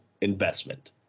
investment